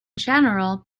general